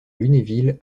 lunéville